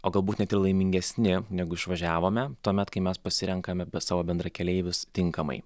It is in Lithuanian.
o galbūt net ir laimingesni negu išvažiavome tuomet kai mes pasirenkame savo bendrakeleivius tinkamai